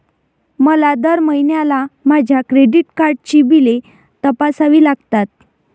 मला दर महिन्याला माझ्या क्रेडिट कार्डची बिले तपासावी लागतात